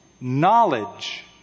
Knowledge